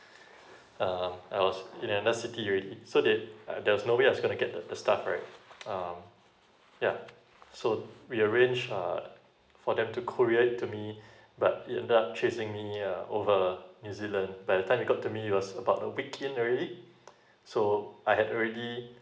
um I was in another a city already so they uh there was no way I was gonna get the the stuff right um yeah so we arrange uh for them to courier it to me but uh it end up chasing me uh over new zealand by the time it got to me it was about a week in already so I had already